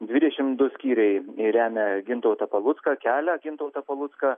dvidešimt du skyriai remia gintautą palucką kelia gintautą palucką